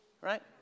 right